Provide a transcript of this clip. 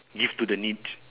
give to the needs